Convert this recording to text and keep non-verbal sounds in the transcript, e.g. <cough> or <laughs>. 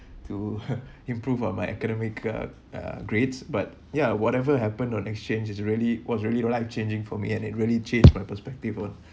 to <laughs> improve on my academic uh uh grades but ya whatever happened on exchange is really was really life changing for me and it really changed my perspective on